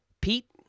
Pete